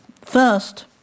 First